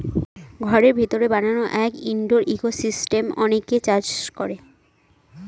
ঘরের ভিতরে বানানো এক ইনডোর ইকোসিস্টেম অনেকে চাষ করে